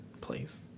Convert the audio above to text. please